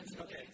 Okay